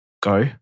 go